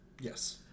Yes